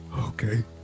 Okay